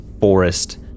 forest